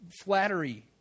flattery